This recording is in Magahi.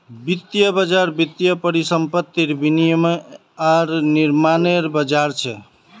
वित्तीय बज़ार वित्तीय परिसंपत्तिर विनियम आर निर्माणनेर बज़ार छ